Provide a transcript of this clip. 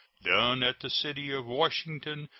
done at the city of washington,